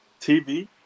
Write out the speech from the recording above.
TV